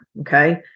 okay